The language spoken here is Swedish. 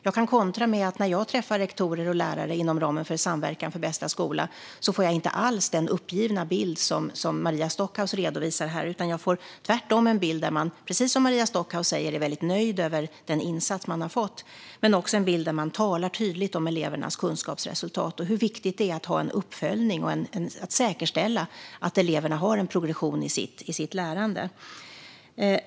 Jag kan kontra med att jag, när jag träffar rektorer och lärare inom ramen för Samverkan för bästa skola, inte alls får den uppgivna bild som Maria Stockhaus redovisar. Jag får tvärtom en bild av att man, precis som Maria Stockhaus säger, är mycket nöjd med den insats man har fått och av att man talar tydligt om elevernas kunskapsresultat och hur viktigt det är att ha en uppföljning och säkerställa att eleverna har en progression i sitt lärande.